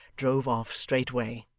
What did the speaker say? drove off straightway.